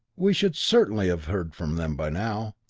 we should certainly have heard from them by now.